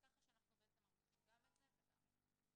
אז ככה שאנחנו בעצם מרוויחים גם את זה וגם את זה.